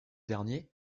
dernier